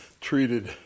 treated